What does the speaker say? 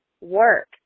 work